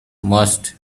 have